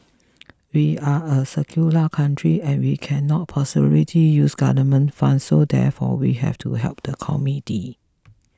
we are a secular country and we cannot possibility use government funds so therefore we have to help the community